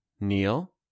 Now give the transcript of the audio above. Neil